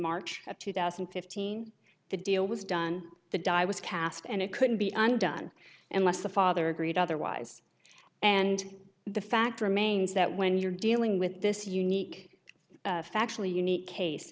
march of two thousand and fifteen the deal was done the die was cast and it couldn't be undone unless the father agreed otherwise and the fact remains that when you're dealing with this unique factually unique case